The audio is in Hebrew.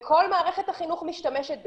וכל מערכת החינוך משתמשת בזום,